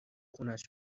خونش